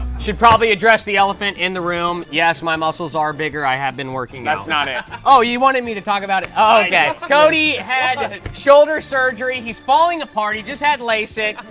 should probably address the elephant in the room. yes, my muscles are bigger. i have been working out. that's not it. oh, you wanted me to talk about it. oh, ok. cody had shoulder surgery. he's falling apart. he just had lasik,